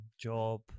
job